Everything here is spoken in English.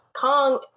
Kong